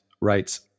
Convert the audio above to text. writes